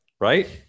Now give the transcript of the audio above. Right